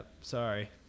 sorry